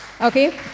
Okay